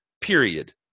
period